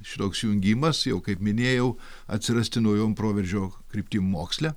šitoks jungimas jau kaip minėjau atsirasti naujiem proveržio kryptim moksle